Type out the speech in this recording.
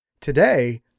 Today